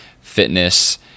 fitness